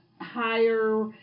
higher